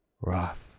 rough